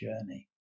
journey